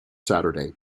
saturday